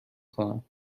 کنم